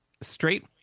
straight